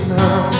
now